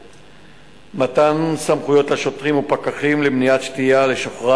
מתן סמכויות לשוטרים ופקחים למנוע שתייה לשוכרה